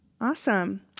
Awesome